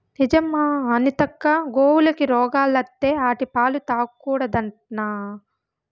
నిజమా అనితక్కా, గోవులకి రోగాలత్తే ఆటి పాలు తాగకూడదట్నా